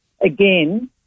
Again